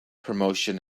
promotion